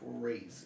crazy